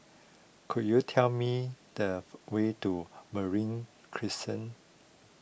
could you tell me the way to Marine Crescent